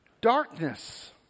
Darkness